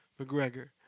McGregor